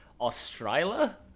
australia